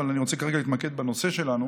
אבל אני כרגע רוצה להתמקד בנושא שלנו.